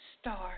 star